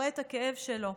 רואה את הכאב שלו.